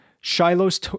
Shiloh's